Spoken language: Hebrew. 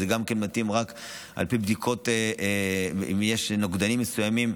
וזה גם כן מתאים רק על פי בדיקות אם יש נוגדנים מסוימים,